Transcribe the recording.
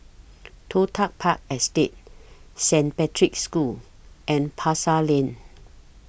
Toh Tuck Park Estate Saint Patrick's School and Pasar Lane